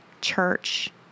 church